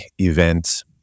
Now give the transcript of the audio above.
event